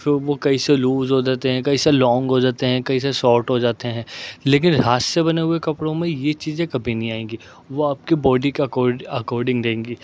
پھر وہ کہیں سے لوز ہو جاتے ہیں کہیں سے لونگ ہو جاتے ہیں کہیں سے شارٹ ہو جاتے ہیں لیکن ہاتھ سے بنے ہوئے کپڑوں میں یہ چیزیں کبھی نہیں آئیں گی وہ آپ کی بوڈی کے اکورٖڈ اکورڈنگ رہیں گی